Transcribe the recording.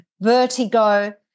vertigo